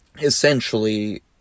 essentially